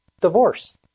Divorce